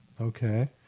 Okay